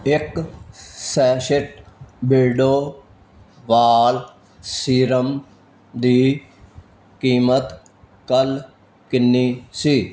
ਇੱਕ ਸੈਸ਼ੇਟ ਬਿਰਡੋ ਵਾਲ ਸੀਰਮ ਦੀ ਕੀਮਤ ਕੱਲ੍ਹ ਕਿੰਨੀ ਸੀ